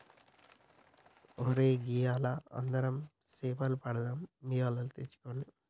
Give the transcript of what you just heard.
ఒరై గియ్యాల అందరం సేపలు పడదాం మీ వలలు తెచ్చుకోండి